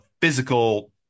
physical